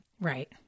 Right